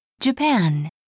Japan